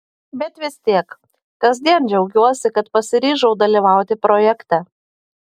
bet vis tiek kasdien džiaugiuosi kad pasiryžau dalyvauti projekte